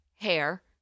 hair